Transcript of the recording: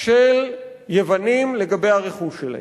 של יוונים לגבי הרכוש שלהם.